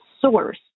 source